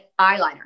eyeliner